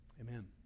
amen